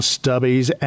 Stubbies